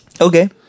Okay